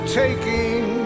taking